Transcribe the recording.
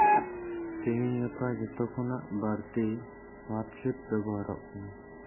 ᱛᱮᱦᱮᱧ ᱜᱟᱯᱟ ᱡᱚᱛᱚᱠᱷᱚᱱᱟᱜ ᱵᱟᱹᱲᱛᱤ ᱦᱳᱭᱟᱴᱥᱮᱯ ᱵᱮᱵᱚᱦᱟᱨᱚᱜ ᱠᱟᱱᱟ